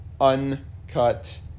uncut